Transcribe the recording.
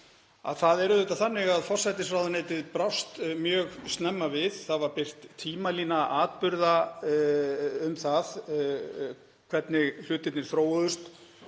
það er auðvitað þannig að forsætisráðuneytið brást mjög snemma við. Það var birt tímalína atburða um það hvernig hlutirnir þróuðust.